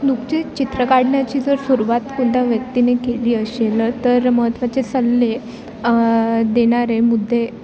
नुकतीच चित्र काढण्याची जर सुरुवात कोणत्या व्यक्तीने केली असेल तर महत्त्वाचे सल्ले देणारे मुद्दे